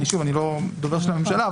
אני לא דובר של הממשלה,